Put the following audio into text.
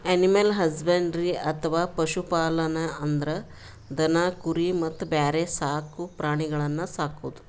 animal husbandry ಅಥವಾ ಪಶು ಪಾಲನೆ ಅಂದ್ರ ದನ ಕುರಿ ಮತ್ತ್ ಬ್ಯಾರೆ ಸಾಕ್ ಪ್ರಾಣಿಗಳನ್ನ್ ಸಾಕದು